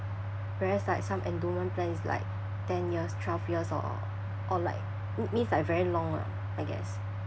whereas like some endowment plan is like ten years twelve years or or like m~ means like very long lah I guess